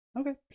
Okay